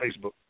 Facebook